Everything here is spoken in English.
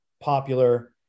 popular